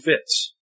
fits